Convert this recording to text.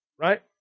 Right